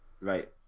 right